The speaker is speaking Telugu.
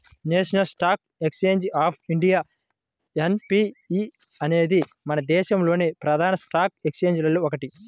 national stock exchange of India N అనేది మన దేశంలోని ప్రధాన స్టాక్ ఎక్స్చేంజిల్లో ఒకటి